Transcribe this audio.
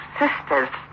sisters